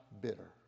bitter